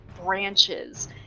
branches